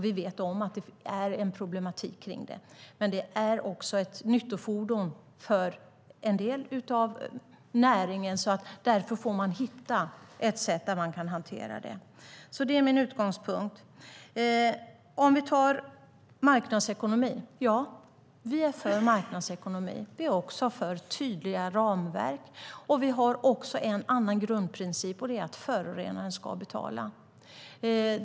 Vi vet om att det finns en problematik kring terrängfordonen, men de är också nyttofordon för en del av näringen. Därför får man hitta ett sätt att hantera det. Detta är min utgångspunkt. Vi är för marknadsekonomi. Vi är också för tydliga ramverk. Vi har även en annan grundprincip, nämligen att förorenaren ska betala.